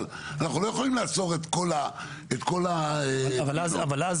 אבל אנחנו לא יכולים לעצור את כל --- אבל אז,